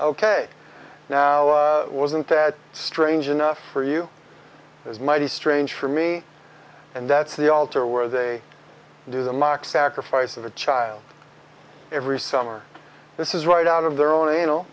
ok now wasn't that strange enough for you as mighty strange for me and that's the altar where they do the mock sacrifice of a child every summer this is right out of their own an